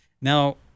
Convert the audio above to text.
Now